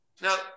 Now